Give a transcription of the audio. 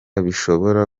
bishobora